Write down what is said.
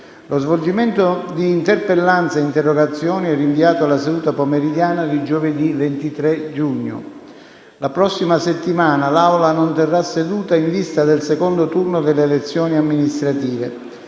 Lo svolgimento di interpellanze e interrogazioni è rinviato alla seduta pomeridiana di giovedì 23 giugno. La prossima settimana l’Aula non terrà seduta in vista del secondo turno delle elezioni amministrative.